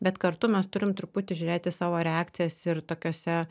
bet kartu mes turim truputį žiūrėti savo reakcijas ir tokiose